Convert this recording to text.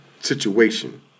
Situation